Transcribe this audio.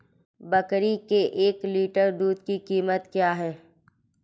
बकरी के एक लीटर दूध की कीमत क्या है?